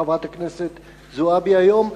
חברת הכנסת זועבי היום,